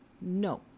no